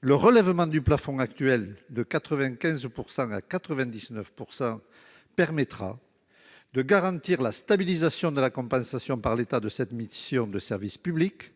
le relèvement du plafond actuel, de 95 % à 99 %, permettra de garantir la stabilisation de la compensation par l'État de cette mission de service public